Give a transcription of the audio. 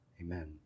Amen